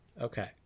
Okay